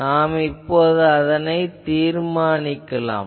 எனவே அதை இப்போது தீர்மானிக்கலாம்